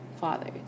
fathers